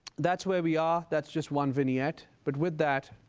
that's where we are. that's just one vignette. but with that,